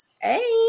hey